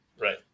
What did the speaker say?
Right